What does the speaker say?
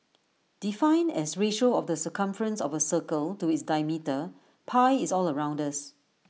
defined as ratio of the circumference of A circle to its diameter pi is all around us